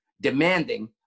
demanding